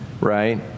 right